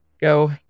go